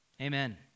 Amen